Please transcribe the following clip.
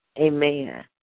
Amen